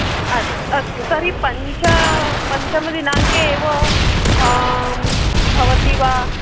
अस्तु अस्तु तर्हि पञ्च पञ्चमदिनाङ्के एव भवति वा